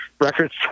records